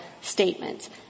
statement